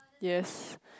yes